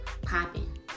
popping